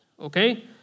okay